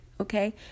Okay